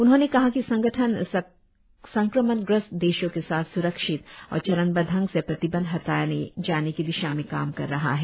उन्होंने कहा कि संगठन संक्रमणग्रस्त देशों के साथ स्रक्षित और चरणबद्व ढंग से प्रतिबंध हटाए जाने की दिशा में काम कर रहा है